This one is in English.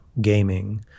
gaming